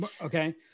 Okay